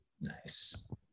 Nice